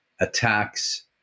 attacks